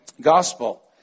Gospel